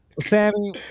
Sammy